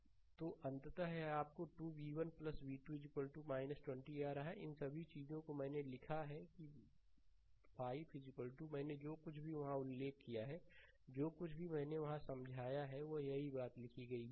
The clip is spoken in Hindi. स्लाइड समय देखें 0522 तो अंततः यह आपके 2 v1 v2 20 आ रहा है इन सभी चीजों को मैंने लिखा है कि 5 मैंने जो कुछ भी वहां उल्लेख किया है जो कुछ भी मैंने वहां समझाया है वही बात यहां लिखी गई है